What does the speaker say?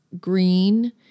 green